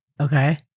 Okay